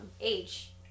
age